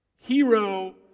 Hero